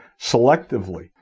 selectively